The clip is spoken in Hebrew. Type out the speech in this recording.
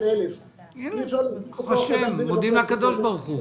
1,000. אי אפשר להחזיק כוח אדם לכמות כזאת.